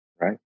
Right